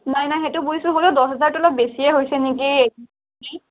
নাই নাই সেইটো বুজিছো বোলো দহ হাজাৰটো অলপ বেছিয়ে হৈছে নেকি